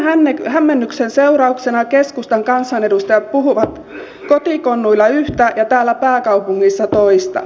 tämän hämmennyksen seurauksena keskustan kansanedustajat puhuvat kotikonnuilla yhtä ja täällä pääkaupungissa toista